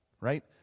right